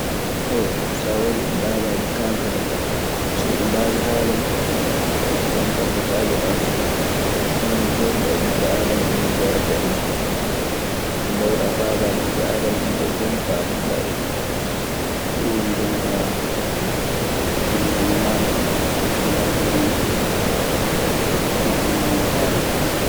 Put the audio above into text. So a warii ɗo daabaaji kaalta kaa. So iɗi mbaawi haala nii, jon kaa ko kaajeɗaa fuu. Hono no ngorruɗaa e ɓiɓɓe aadama en nii ngorrataa e majji. Ko mbaawɗaa faabaade e ɓiɓɓe aadama en ɓee koo nii paabotoɗaa ɗi. Ɗun woni jonkaa banngal ñaandu e yardu en ni neɗɗo muuyri haala kaa.